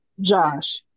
Josh